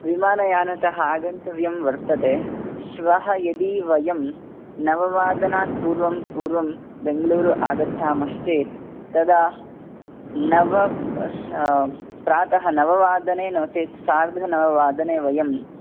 विमानयानतः आगन्तव्यं वर्तते श्वः यदि वयं नववादनात् पूर्वं पूर्वं बैङ्गलूरु आगच्छामश्चेत् तदा नव प्रातः नववादने नो चेत् सार्ध नववादने